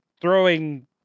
throwing